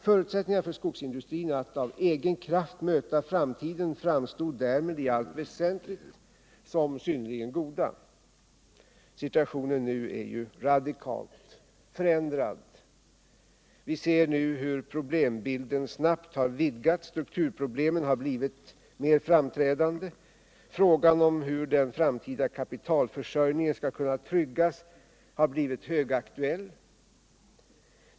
Förutsättningarna för skogsindustrin att av egen kraft möta framtiden framstod därmed i allt väsentligt som synnerligen goda. Situationen nu är radikalt förändrad. Vi ser nu hur problembilden snabbt har vidgats. Strukturproblemen har blivit mer framträdande. Frågan om hur den framtida kapitalförsörjningen skall kunna tryggas har blivit högaktuell.